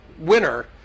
winner